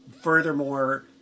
furthermore